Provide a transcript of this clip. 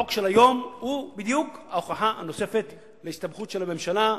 החוק של היום הוא בדיוק ההוכחה הנוספת להסתבכות של הממשלה.